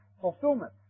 fulfillment